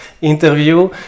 interview